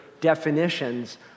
definitions